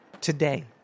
today